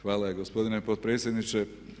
Hvala gospodine potpredsjedniče.